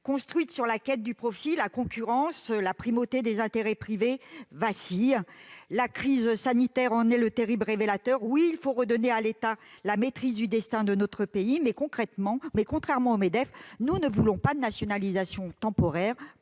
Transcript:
construites sur la quête du profit, la concurrence, la primauté des intérêts privés vacillent. La crise sanitaire en est le terrible révélateur. Oui, il faut redonner à l'État la maîtrise du destin de notre pays ! Mais, contrairement au Medef, nous ne voulons pas de nationalisations temporaires